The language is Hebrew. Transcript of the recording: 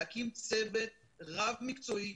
להקים צוות רב-מקצועי,